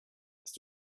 hast